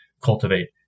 cultivate